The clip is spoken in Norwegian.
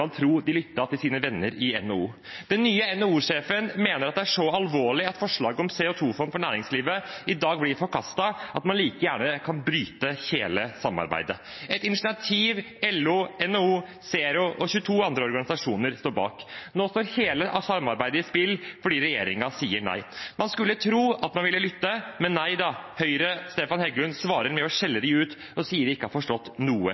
de lyttet til sine venner i NHO. Den nye NHO-sjefen mener at det er så alvorlig at forslaget om CO 2 -fond for næringslivet i dag blir forkastet, at man like gjerne kan bryte hele samarbeidet – et initiativ LO, NHO, ZERO og 22 andre organisasjoner står bak. Nå står hele samarbeidet på spill fordi regjeringen sier nei. Man skulle tro at man ville lytte, men nei da. Høyres Stefan Heggelund svarer med å skjelle dem ut, og sier de ikke har forstått noe